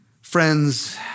friends